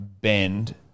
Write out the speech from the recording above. bend